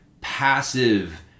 passive